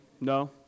no